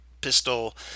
pistol